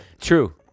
true